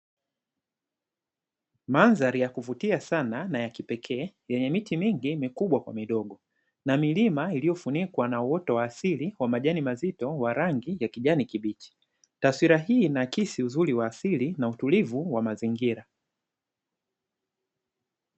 Madhari ya kuvutia sana na ya kipekee yenye miti mingi mikubwa kwa midogo na milima iliyofunikwa na uoto wa asili wa majani mazito wa rangi ya kijani kibichi. Taswira hii inaakisi uzuri wa asili na utulivu wa mazingira.